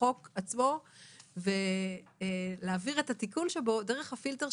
החוק עצמו ולהעביר את התיקון שבו דרך הפילטר שלך,